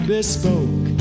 Bespoke